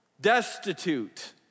destitute